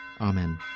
Amen